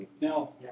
No